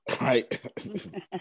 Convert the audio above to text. right